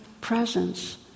presence